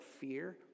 fear